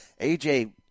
AJ